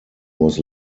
was